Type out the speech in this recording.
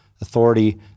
authority